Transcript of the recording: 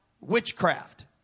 witchcraft